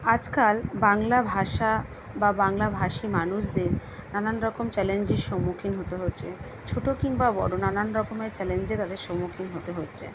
আজকাল বাংলা ভাষা বা বাংলাভাষী মানুষদের নানান রকম চ্যালেঞ্জের সম্মুখীন হতে হচ্ছে ছোটো কিংবা বড়ো নানান রকমের চ্যালেঞ্জের তাদের সম্মুখীন হতে হচ্ছে